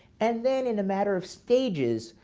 and then in a matter of stages,